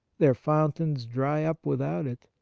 their fountains dry up without it.